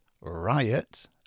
riot